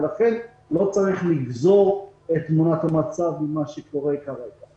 ולכן לא צריך לגזור את תמונת המצב ממה שקורה כרגע.